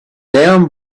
down